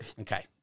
Okay